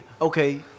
okay